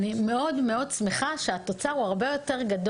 אני מאוד מאוד שמחה שהתוצר הוא הרבה יותר רחב